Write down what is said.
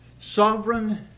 Sovereign